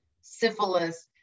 syphilis